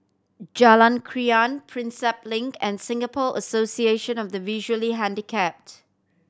Jalan Krian Prinsep Link and Singapore Association of the Visually Handicapped